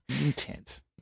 Intense